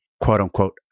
quote-unquote